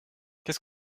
qu’est